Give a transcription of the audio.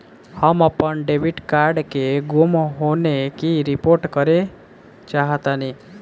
हम अपन debit card के गुम होने की रिपोर्ट करे चाहतानी